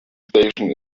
station